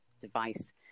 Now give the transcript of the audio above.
device